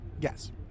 Yes